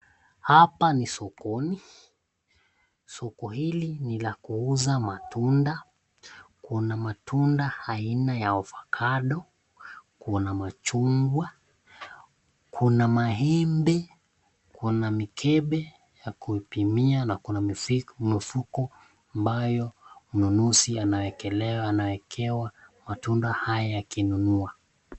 Hapa ni sokoni. Soko hili ni la kuuza matunda. Kuna matunda aina ya ovacado, kuna machungwa, kuna mahindi, kuna mikebe ya kuipimia na kuna mifuko ambayo mnunuzi anawekewa matunda haya akinunua.